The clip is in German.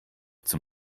zum